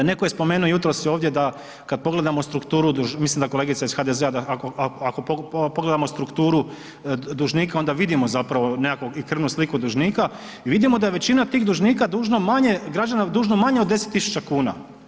Netko je spomenuo jutros ovdje da, kad pogledamo strukturu, mislim da kolegica iz HDZ-a, da ako pogledamo strukturu dužnika, onda vidimo zapravo i krvnu sliku dužnika i vidimo da većina tih dužnika dužna manje građana dužno manje od 10 tisuća kuna.